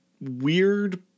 weird